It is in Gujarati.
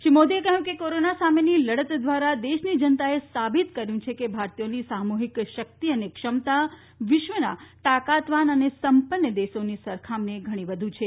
શ્રી મોદીએ કહ્યું કે કોરોના સામેની લડત દ્વારા દેશની જનતાએ સાબિત કર્યુ છે કે ભારતીયોની સામુહિક શકિત અને ક્ષમતા વિશ્વના તાકાત વાન અને સંપન્ન દેશોની સરખામણીએ ઘણી વધુ છે